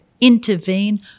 intervene